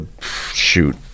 shoot